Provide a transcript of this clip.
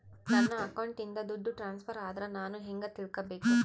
ನನ್ನ ಅಕೌಂಟಿಂದ ದುಡ್ಡು ಟ್ರಾನ್ಸ್ಫರ್ ಆದ್ರ ನಾನು ಹೆಂಗ ತಿಳಕಬೇಕು?